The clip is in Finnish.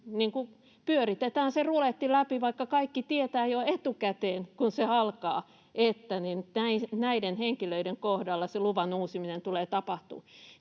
pyöritetään se ruletti läpi, vaikka kaikki tietävät jo etukäteen, kun se alkaa, että näiden henkilöiden kohdalla se luvan uusiminen tulee tapahtumaan.